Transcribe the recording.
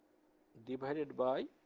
divided by